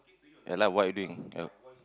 ya lah what you doing ah